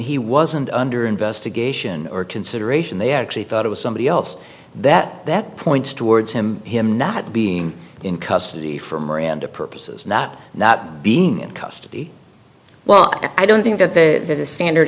he wasn't under investigation or consideration they actually thought it was somebody else that that points towards him him not being in custody for miranda purposes not not being in custody well i don't think that the standard